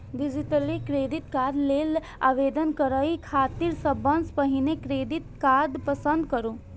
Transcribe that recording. digitally credit card लेल आवेदन करै खातिर सबसं पहिने क्रेडिट कार्ड पसंद करू